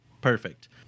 Perfect